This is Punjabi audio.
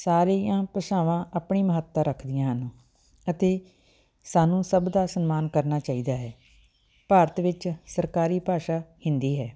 ਸਾਰੀਆਂ ਭਾਸ਼ਾਵਾਂ ਆਪਣੀ ਮਹੱਤਤਾ ਰੱਖਦੀਆਂ ਹਨ ਅਤੇ ਸਾਨੂੰ ਸਭ ਦਾ ਸਨਮਾਨ ਕਰਨਾ ਚਾਹੀਦਾ ਹੈ ਭਾਰਤ ਵਿੱਚ ਸਰਕਾਰੀ ਭਾਸ਼ਾ ਹਿੰਦੀ ਹੈ